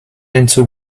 into